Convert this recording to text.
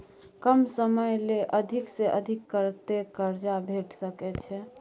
कम समय ले अधिक से अधिक कत्ते कर्जा भेट सकै छै?